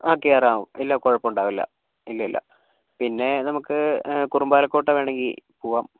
ആ കയറാം ഇല്ല കുഴപ്പം ഉണ്ടാവില്ല ഇല്ലില്ല പിന്നെ നമുക്ക് കുറുമ്പാലക്കോട്ട വേണമെങ്കിൽ പോവാം